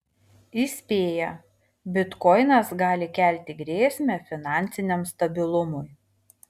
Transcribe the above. įspėja bitkoinas gali kelti grėsmę finansiniam stabilumui